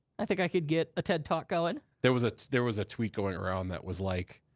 i think i could get a ted talk going. there was ah there was a tweet going around that was like,